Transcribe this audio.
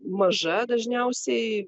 maža dažniausiai